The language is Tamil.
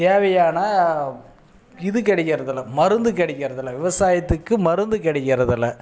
தேவையான இது கிடைக்கிறதில்ல மருந்து கிடைக்கிறதில்ல விவசாயத்துக்கு மருந்து கிடைக்கிறதில்ல